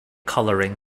coloring